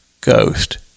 Ghost